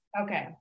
Okay